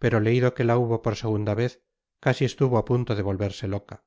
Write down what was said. pero leido que la hubo por segunda vez casi estuvo á punto de volverse loca